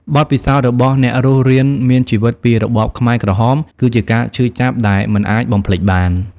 បទពិសោធន៍របស់អ្នករស់រានមានជីវិតពីរបបខ្មែរក្រហម គឺជាការឈឺចាប់ដែលមិនអាចបំភ្លេចបាន។